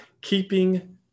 keeping